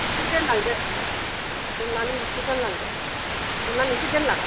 एसे दोनलांदो अननानै एसे दोनलांदो अननानै एसे दोनलां